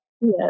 Yes